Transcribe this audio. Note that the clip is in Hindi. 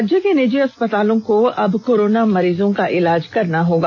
राज्य के निजी अस्पतालों को अब कोरोना मरीजों का इलाज करना होगा